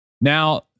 Now